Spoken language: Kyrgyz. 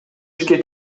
ишке